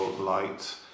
light